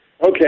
Okay